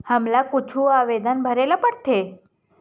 हमला कुछु आवेदन भरेला पढ़थे?